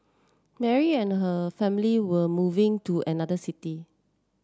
Mary and her family were moving to another city